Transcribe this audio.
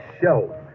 show